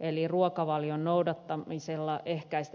eli ruokavalion noudattamisella ehkäistä tehokkaasti